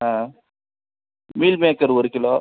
ஆ meal maker ஒரு kilo